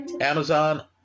Amazon